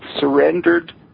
surrendered